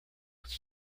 could